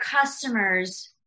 customers